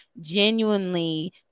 genuinely